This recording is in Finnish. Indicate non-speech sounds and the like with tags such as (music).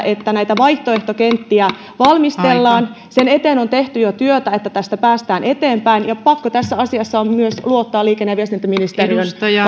(unintelligible) että näitä vaihtoehtokenttiä valmistellaan sen eteen on tehty jo työtä että tästä päästään eteenpäin ja pakko tässä asiassa on luottaa myös liikenne ja viestintäministeriön